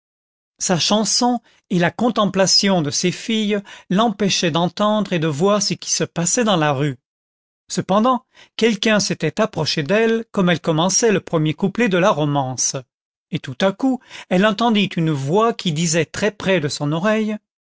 sa chanson et la contemplation de ses filles l'empêchaient d'entendre et de voir ce qui se passait dans la rue cependant quelqu'un s'était approché d'elle comme elle commençait le premier couplet de la romance et tout à coup elle entendit une voix qui disait très près de son oreille